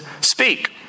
speak